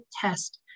test